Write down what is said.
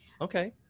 Okay